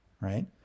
right